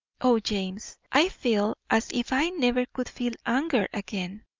o james, i feel as if i never could feel anger again.